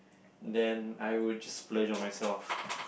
then I would just splurge on myself